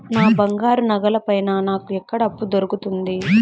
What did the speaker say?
నా బంగారు నగల పైన నాకు ఎక్కడ అప్పు దొరుకుతుంది